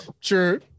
True